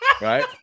right